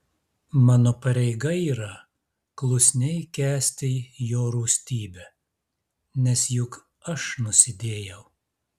mano pareiga yra klusniai kęsti jo rūstybę nes juk aš nusidėjau